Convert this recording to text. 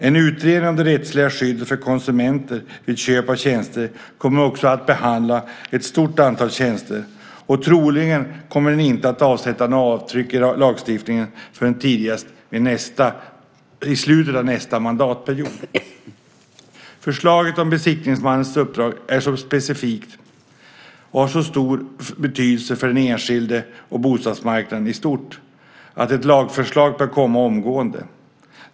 En utredning om det rättsliga skyddet för konsumenter vid köp av tjänster kommer också att behandla ett stort antal tjänster. Troligen kommer den inte att göra något avtryck i lagstiftningen förrän tidigast i slutet av nästa mandatperiod. Förslaget om besiktningsmannens uppdrag är så specifikt och har så stor betydelse för den enskilde och bostadsmarknaden i stort att ett lagförslag bör komma omgående.